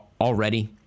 already